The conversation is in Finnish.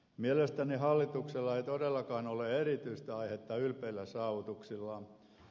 mielestäni hallituksella ei todellakaan ole erityistä aihetta ylpeillä saavutuksillaan